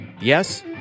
Yes